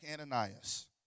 Ananias